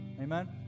Amen